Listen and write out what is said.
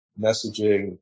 messaging